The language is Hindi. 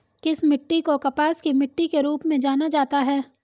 किस मिट्टी को कपास की मिट्टी के रूप में जाना जाता है?